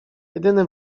jedyny